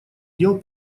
дел